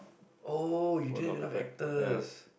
!oh! you didn't have enough actors